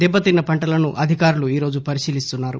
దెబ్బతిన్న పంటలను అధికారులు ఈ రోజు పరిశీలిస్తున్నారు